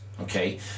Okay